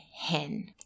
hen